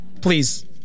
Please